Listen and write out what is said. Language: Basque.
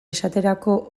esaterako